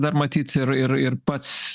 dar matyt ir ir ir pats